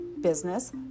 business